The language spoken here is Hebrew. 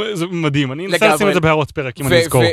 איזה מדהים, אני ישים את זה בהערות פרק אם אני אזכור. אני